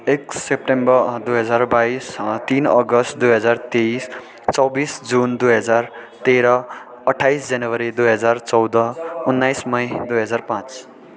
एक सेप्टेम्बर दुई हजार बाइस तिन अगस्त दुई हजार तेइस चौबिस जुन दुई हजार तेह्र अट्ठाइस जनवरी दुई हजार चौध उन्नाइस मई दुई हजार पाँच